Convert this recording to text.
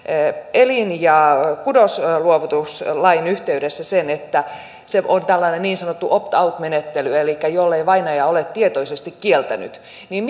elin ja kudosluovutuslain yhteydessä sen että se on tällainen niin sanottu opt out menettely elikkä jollei vainaja ole tietoisesti kieltänyt niin